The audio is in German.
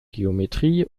geometrie